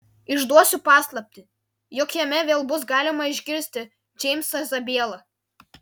išduosiu paslaptį jog jame vėl bus galima išgirsti džeimsą zabielą